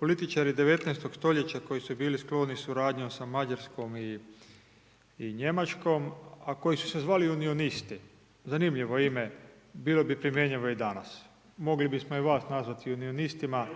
političari '19.-tog stoljeća koji su bili skloni suradnjom sa Mađarskom i Njemačkom a koji su se zvali unionisti, zanimljivo ime, bilo bi primjenjivo i danas. Mogli bismo i vas nazvati unionistima